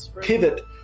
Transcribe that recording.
pivot